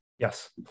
Yes